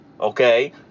okay